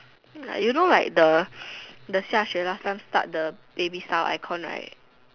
you know like the xiaxue last time start the baby style aircon right